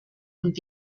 und